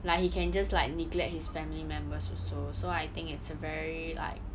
like he can just like neglect his family members also so I think it's a very like